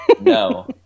no